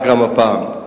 גם הפעם.